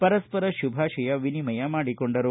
ಪರಸ್ಪರ ಶುಭಾಶಯ ವಿನಿಮಯ ಮಾಡಿಕೊಂಡರು